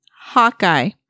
Hawkeye